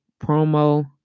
promo